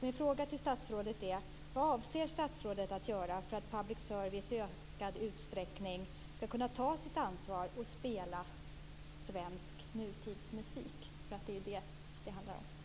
Min fråga till statsrådet är: Vad avser statsrådet att göra för att public service i ökad utsträckning skall kunna ta sitt ansvar och spela svensk nutidsmusik, som det ju handlar om?